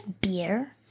beer